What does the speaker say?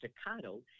staccato